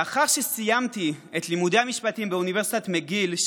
לאחר שסיימתי את לימודי המשפטים באוניברסיטת מקגיל,